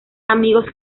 amigos